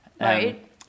Right